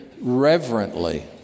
reverently